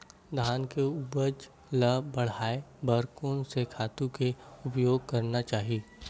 धान के उपज ल बढ़ाये बर कोन से खातु के उपयोग करना चाही?